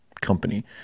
company